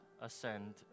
ascend